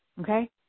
Okay